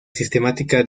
sistemática